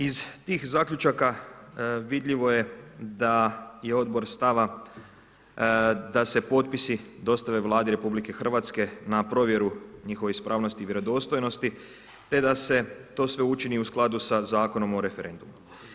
Iz tih zaključaka vidljivo je da Odbor stava da se potpisi dostave Vladi RH na provjeru njihove ispravnosti i vjerodostojnosti, te da se to sve učini u skladu sa Zakonom o referendumu.